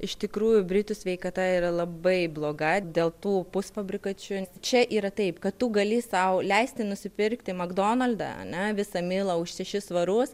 iš tikrųjų britų sveikata yra labai bloga dėl tų pusfabrikačių čia yra taip kad tu gali sau leisti nusipirkti magdonaldą ane visą milą už šešis svarus